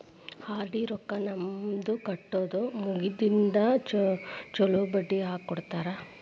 RD ರೊಕ್ಕಾ ನಮ್ದ ಕಟ್ಟುದ ಮುಗದಿಂದ ಚೊಲೋ ಬಡ್ಡಿ ಹಾಕ್ಕೊಡ್ತಾರ